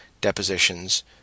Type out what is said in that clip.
depositions